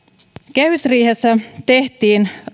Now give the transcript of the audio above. kehysriihessä tehtiin